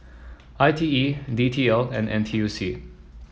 I T E D T L and N T U C